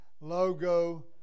logo